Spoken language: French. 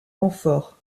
renfort